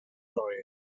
reue